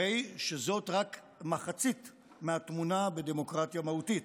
הרי שזאת רק מחצית מהתמונה בדמוקרטיה מהותית.